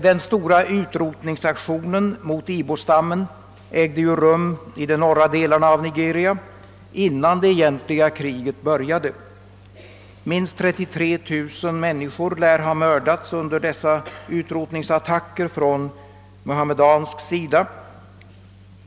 Den stora utrotningsaktionen mot ibostammen ägde rum i de norra delarna av Nigeria innan det egentliga kriget började. Minst 33 000 människor lär ha mördats under dessa utrotningsattacker från muhammedansk sida.